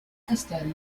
castello